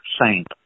Saint